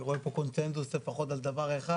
אני רואה פה קונצנזוס לפחות על דבר אחד,